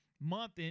month